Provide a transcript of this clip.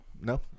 No